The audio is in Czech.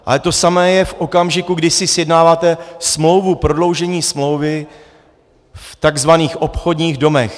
Ale to samé je v okamžiku, kdy si sjednáváte smlouvu, prodloužení smlouvy v tzv. obchodních domech.